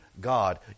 god